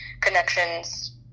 connections